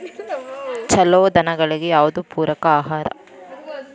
ಛಲೋ ದನಗಳಿಗೆ ಯಾವ್ದು ಪೂರಕ ಆಹಾರ?